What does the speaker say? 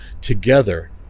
together